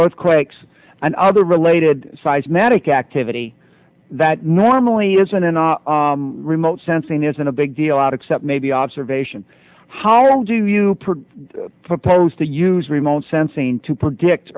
earthquakes and other related sized mattick activity that normally isn't and remote sensing isn't a big deal out except maybe observation how do you propose to use remote sensing to predict